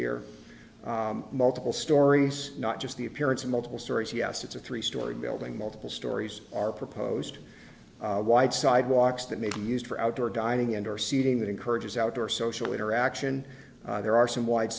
here multiple stories not just the appearance of multiple stories yes it's a three story building multiple stories are proposed wide sidewalks that may be used for outdoor dining interceding that encourages outdoor social interaction there are some white